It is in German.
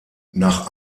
nach